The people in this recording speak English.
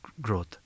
growth